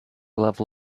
level